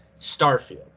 Starfield